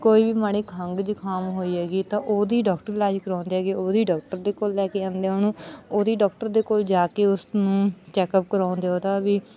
ਕੋਈ ਵੀ ਮਾੜੀ ਖੰਗ ਜੁਖਾਮ ਹੋਈ ਹੈਗੀ ਤਾਂ ਉਹਦੀ ਡਾਕਟਰੀ ਇਲਾਜ ਕਰਾਉਂਦੇ ਹੈਗੇ ਉਹਦੇ ਡਾਕਟਰ ਦੇ ਕੋਲ ਲੈ ਕੇ ਜਾਂਦੇ ਆ ਉਹਨੂੰ ਉਹਦੇ ਡਾਕਟਰ ਦੇ ਕੋਲ ਜਾ ਕੇ ਉਸਨੂੰ ਚੈਕਅੱਪ ਕਰਾਉਂਦੇ ਉਹਦਾ ਵੀ